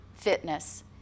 Fitness